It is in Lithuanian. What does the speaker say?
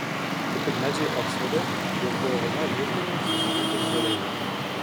kaip ir medžiai oksforde jos buvo viena virtine susodintos žolėje